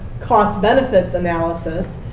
cost benefits analysis,